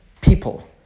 people